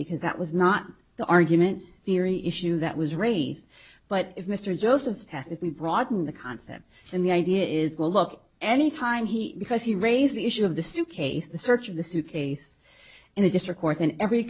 because that was not the argument theory issue that was raised but if mr joseph asked if we broaden the concept and the idea is well look any time he because he raised the issue of the suitcase the search of the suitcase and the district court in every